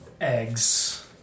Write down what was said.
eggs